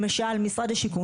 למשל משרד השיכון,